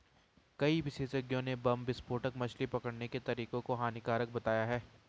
कई विशेषज्ञ ने बम विस्फोटक मछली पकड़ने के तरीके को हानिकारक बताया है